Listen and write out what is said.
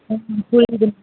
ம் புரியுது மேம்